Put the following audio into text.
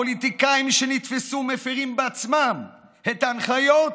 הפוליטיקאים שנתפסו מפירים בעצמם את ההנחיות